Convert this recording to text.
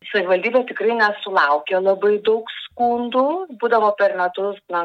savivaldybė tikrai nesulaukia labai daug skundų būdavo per metus na